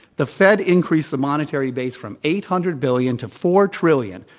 the fed increased the monetary base from eight hundred billion to four trillion,